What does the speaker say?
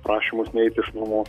prašymus neiti iš namų